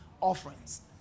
offerings